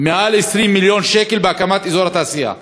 יותר מ-20 מיליון שקל בהקמת אזור התעשייה,